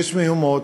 יש מהומות,